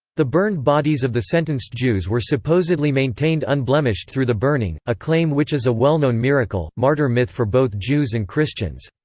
the burned bodies of the sentenced jews were supposedly maintained unblemished through the burning, a claim which is a well-known miracle, martyr myth for both jews and christians.